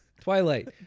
Twilight